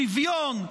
שוויון,